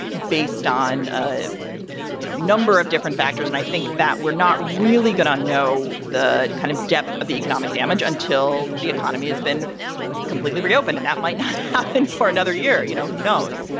based on the ah you know number of different factors. and i think that we're not really going to know the kind of depth of the economic damage until the economy has been completely reopened. and that might not happen for another year. you know, who knows?